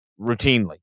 routinely